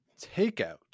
takeout